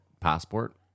passport